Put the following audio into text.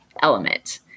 element